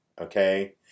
Okay